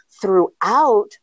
throughout